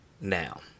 Now